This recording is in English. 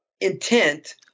intent